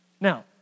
Now